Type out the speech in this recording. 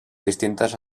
distintes